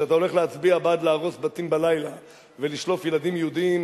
כשאתה הולך להצביע בעד להרוס בתים בלילה ולשלוף ילדים יהודים